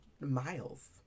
Miles